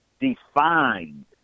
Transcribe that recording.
defined